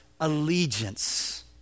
allegiance